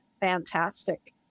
fantastic